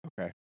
Okay